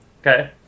Okay